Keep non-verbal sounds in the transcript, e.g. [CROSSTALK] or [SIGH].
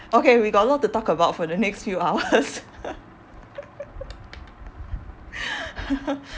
okay we got a lot to talk about for the next few hours [LAUGHS]